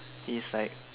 he's like